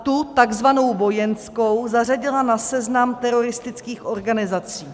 Tu takzvanou vojenskou zařadila na seznam teroristických organizací.